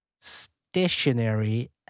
stationary